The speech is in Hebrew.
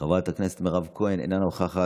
חבר הכנסת גדי איזנקוט,